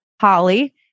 Holly